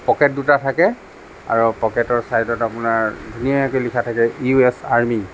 pocket দুটা থাকে আৰু পকেটৰ চাইডত আপোনাৰ ধুনীয়াকে লিখা থাকে ইউ এছ আৰ্মি